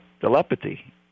telepathy